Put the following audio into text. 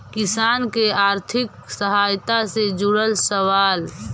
किसान के आर्थिक सहायता से जुड़ल सवाल?